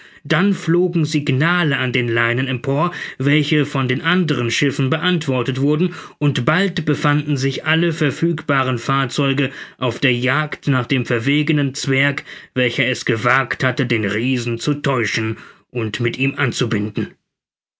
dann flogen signale an den leinen empor welche von den anderen schiffen beantwortet wurden und bald befanden sich alle verfügbaren fahrzeuge auf der jagd nach dem verwegenen zwerge welcher es gewagt hatte den riesen zu täuschen und mit ihm anzubinden